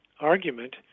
argument